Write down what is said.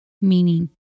Meaning